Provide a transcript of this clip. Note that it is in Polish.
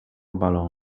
balo